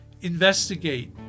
Investigate